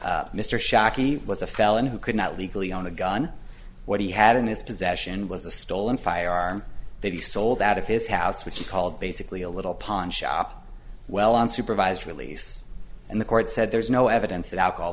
it mr shockey was a felon who could not legally own a gun what he had in his possession was a stolen firearm that he sold out of his house which he called basically a little pond shop well on supervised release and the court said there's no evidence that alcohol